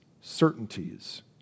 certainties